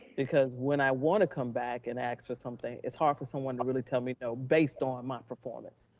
because when i want to come back and ask for something, it's hard for someone to really tell me no based on my performance.